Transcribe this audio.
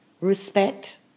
respect